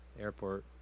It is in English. airport